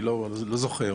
לא זוכר.